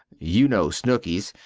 you no snookies,